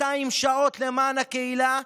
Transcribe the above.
200 שעות למען הקהילה,